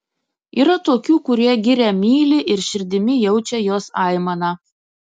yra tokių kurie girią myli ir širdimi jaučia jos aimaną